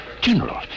General